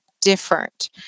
different